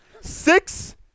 Six